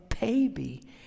baby